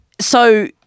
so-